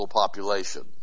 population